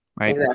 Right